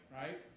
right